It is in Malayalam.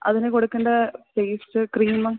അതിന് കൊടുക്കേണ്ട പേസ്റ്റ് ക്രീമ്